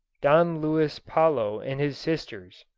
don luis palo and his sisters